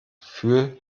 gefühl